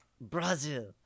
Brazil